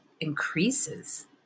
increases